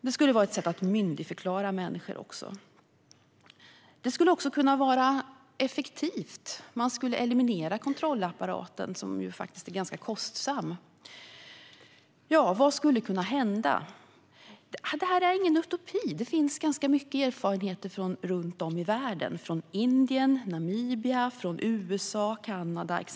Det är även vara ett sätt att myndigförklara människor. Det kunde också vara effektivt i och med att man skulle kunna eliminera kontrollapparaten, som faktiskt är ganska kostsam. Vad skulle kunna hända? Det här är ingen utopi; det finns ganska mycket erfarenhet runt om i världen, exempelvis från Indien, Namibia, USA och Kanada.